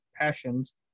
passions